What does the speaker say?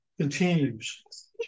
continues